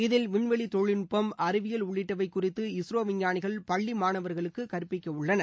இதில் விண்வெளி தொழில்நட்பம் அறிவியல் உள்ளிட்டவை குறித்து இஸ்ரோ விஞ்ஞானிகள் பள்ளி மாணவர்களுக்கு கற்பிக்க உள்ளனர்